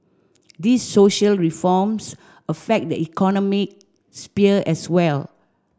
these social reforms affect the economic sphere as well